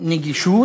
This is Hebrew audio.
נגישות